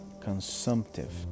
Consumptive